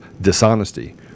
dishonesty